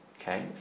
okay